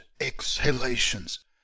exhalations